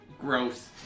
Gross